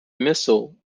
missile